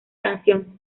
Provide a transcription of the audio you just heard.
canción